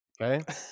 Okay